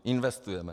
Investujeme!